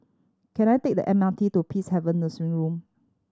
can I take the M R T to Peacehaven Nursing Home